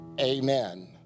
Amen